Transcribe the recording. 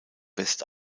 west